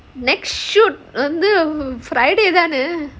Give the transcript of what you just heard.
next shoot வந்து:vandhu friday தானே:thaanae